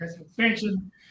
expansion